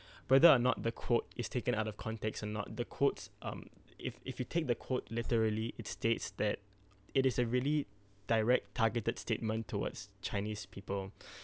whether or not the quote is taken out of context or not the quotes um if if you take the quote literally it states that it is a really direct targeted statement towards chinese people